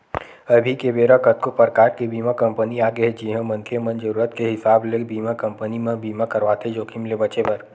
अभी के बेरा कतको परकार के बीमा कंपनी आगे हे जिहां मनखे मन जरुरत के हिसाब ले बीमा कंपनी म बीमा करवाथे जोखिम ले बचें बर